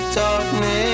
darkness